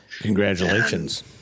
Congratulations